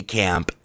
camp